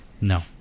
No